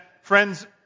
friends